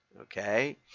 okay